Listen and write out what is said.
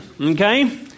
okay